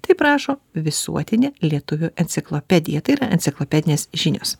taip rašo visuotinė lietuvių enciklopedija tai yra enciklopedinės žinios